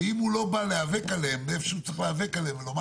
ואם הוא לא בא להיאבק עליהם איפה שהוא צריך להיאבק עליהם ולומר